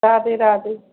Radhe Radhe